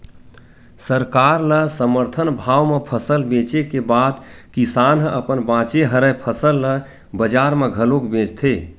सरकार ल समरथन भाव म फसल बेचे के बाद किसान ह अपन बाचे हरय फसल ल बजार म घलोक बेचथे